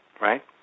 right